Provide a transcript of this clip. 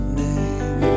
name